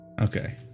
Okay